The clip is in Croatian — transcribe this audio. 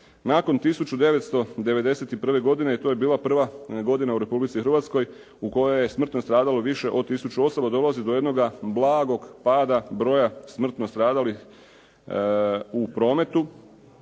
Nakon 1991. godine, to je bila prva godina u Republici Hrvatskoj u kojoj je smrtno stradalo više od 1000. osoba dolazi do jednoga blagoga pada broja smrtno stradalih u prometu.